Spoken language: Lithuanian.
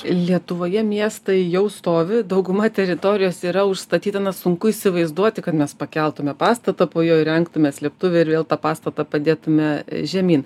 lietuvoje miestai jau stovi dauguma teritorijos yra užstatyta na sunku įsivaizduoti kad mes pakeltume pastatą po juo įrengtume slėptuvę ir vėl tą pastatą padėtume žemyn